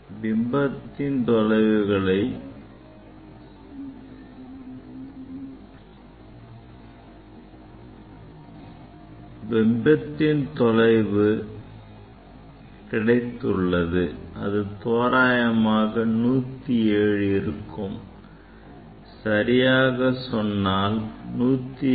இப்போது நமக்கு பிம்பத்தின் தொலைவு கிடைத்துள்ளது அது தோராயமாக 107 இருக்கும் சரியாக சொன்னால் 106